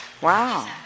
Wow